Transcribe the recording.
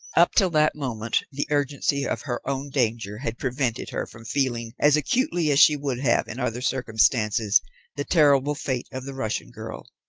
up till that moment, the urgency of her own danger had prevented her from feeling as acutely as she would have in other circumstances the terrible fate of the russian girl